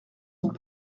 sont